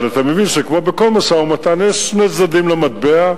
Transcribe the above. אבל אתה מבין שכמו בכל משא-ומתן יש שני צדדים למטבע.